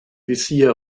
visier